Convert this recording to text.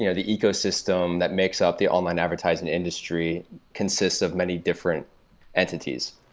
you know the ecosystem that makes up the online advertising industry consists of many different entities,